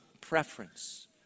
preference